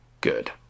good